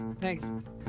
Thanks